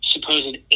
supposed